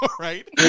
right